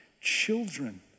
children